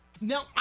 Now